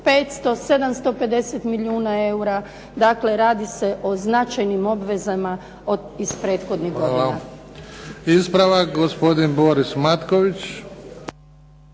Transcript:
500, 750 milijuna eura, dakle radi se o značajnim obvezama iz prethodnih godina. **Bebić,